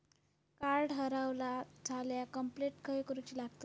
Card हरवला झाल्या complaint खय करूची लागतली?